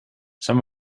some